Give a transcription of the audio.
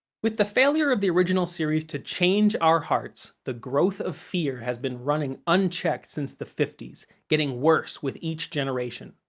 with the failure of the original series to change our hearts, the growth of fear has been running unchecked since the fifty s, getting worse with each generation.